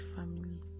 family